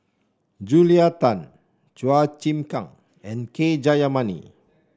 Julia Tan Chua Chim Kang and K Jayamani